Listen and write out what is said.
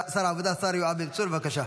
העבודה, השר יואב בן צור, בבקשה.